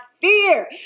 fear